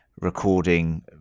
recording